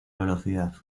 velocidad